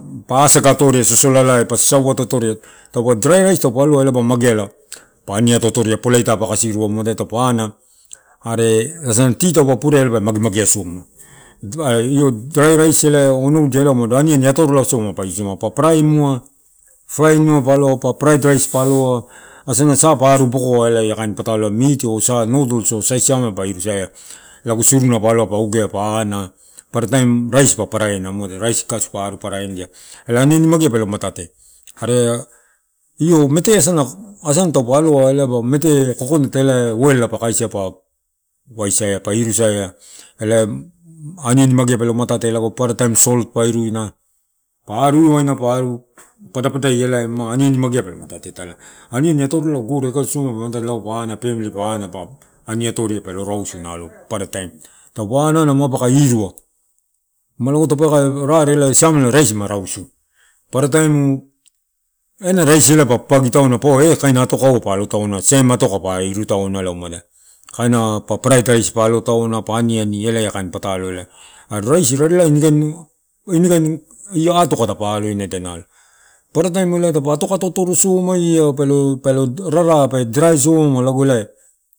Paa asaga atoria sosolalai pa sasau ato atoria taupa drai rais taupa aloa elaiba mageala pa ani ato atoria, poletai pa kasiru muatae taupa ana, areasana ti taupa purea elae pae magemagea soma. aree io drai rais elae onudia elaeumado aniani atorola soma pa iusimua pa paraimua frain pa elaikain pataalo ua miti no nudols oo saisiameala pa irusaea, lago suruna pa aloa pa ogee pa anaa. Parataim rais pa praena muatae, rais kaasu pa arua boka ia elaikan pataalo ua miti no nudols oo saiiameala pa irusaea, lago suruuna pa aba pa ogea pa ana. Parataim rais pa praena muatae, rais kaasu pa aru paraena elai aniani magea pelo matate. Aree io mete asana, asana taupa aloa elaba mete coconut elai oelela pa kaisa pa waisaia pa irusaia elai oelela pa kaisia pa waisaia pa irusaia elai aniani megea pelo matate. Lago paparataim salt pa iruina, padapadaia elama aniani magea pe matate italai, aniani atorola goreaka soma pe matate pa ana femli pa ana pa ani atoria pelo rausu nalo parataim taupa ana ana ma paka irua, malago tepeua karare elai siamla raisi ma rausu, parataim elana raisi elai pa papagi taona pa irutaona pa aniani ela kain patalo elae. Aree raisi rarelae inikaini, inikaini atoka dapa aloina eda nalo. Parataim ela nalo dapa atoka ato atoro somaia pelo, pelo rara, pe drai soma lago elae.